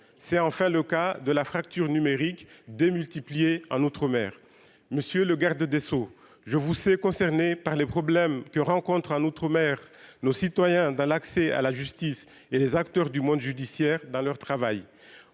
c'est enfin le cas de la fracture numérique démultiplier un autre maire, monsieur le garde des Sceaux je vous sais concerné par les problèmes que rencontrent à l'outre-mer, nos citoyens dans l'accès à la justice et les acteurs du monde judiciaire dans leur travail,